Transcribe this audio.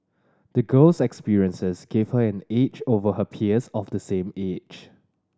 the girl's experiences gave her an edge over her peers of the same age